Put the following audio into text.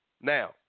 now